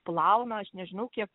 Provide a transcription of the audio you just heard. plauna aš nežinau kiek